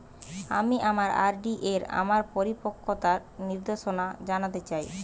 আমি আমার আর.ডি এর আমার পরিপক্কতার নির্দেশনা জানতে চাই